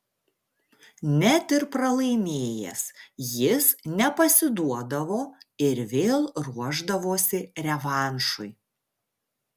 net ir pralaimėjęs jis nepasiduodavo ir vėl ruošdavosi revanšui